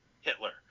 Hitler